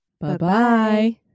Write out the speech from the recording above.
Bye-bye